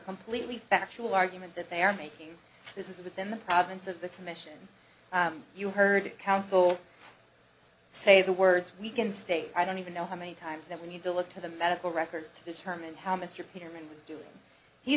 completely factual argument that they are making this is within the province of the commission you heard it counsel say the words weakened state i don't even know how many times that we need to look to the medical records to determine how